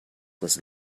was